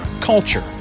culture